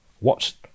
watch